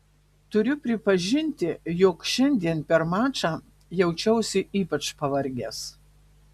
turiu pripažinti jog šiandien per mačą jaučiausi ypač pavargęs